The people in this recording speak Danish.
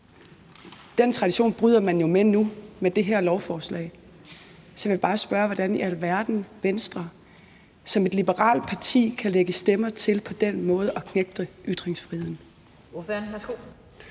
Den tradition bryder man jo med nu med det her lovforslag. Så jeg vil bare spørge, hvordan i alverden Venstre som et liberalt parti kan lægge stemmer til på den måde at knægte ytringsfriheden.